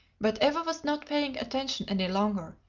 but eva was not paying attention any longer,